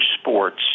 sports